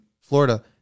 Florida